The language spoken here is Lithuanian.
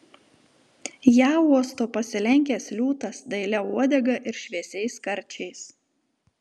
ją uosto pasilenkęs liūtas dailia uodega ir šviesiais karčiais